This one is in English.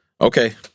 Okay